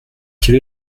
quel